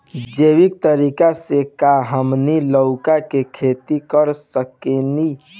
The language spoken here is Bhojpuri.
जैविक तरीका से का हमनी लउका के खेती कर सकीला?